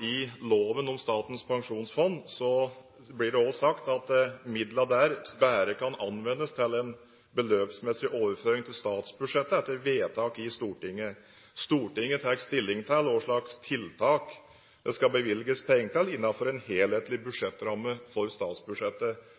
I loven om Statens pensjonsfond blir det også sagt at midlene der bare kan anvendes til en beløpsmessig overføring til statsbudsjettet etter vedtak i Stortinget. Stortinget tar stilling til hva slags tiltak det skal bevilges penger til innenfor en helhetlig budsjettramme som statsbudsjettet,